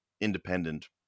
independent